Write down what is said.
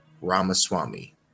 Ramaswamy